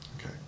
Okay